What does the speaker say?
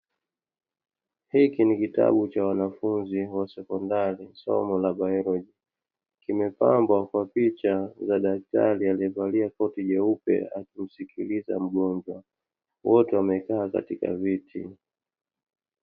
Hiki ni kitabu cha wanafunzi wa sekondari somo la baoloji, kimepambwa kwa picha za daktari aliyevalia koti jeupe akimsikiliza mgonjwa wote wamekaa kwenye viti.